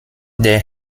der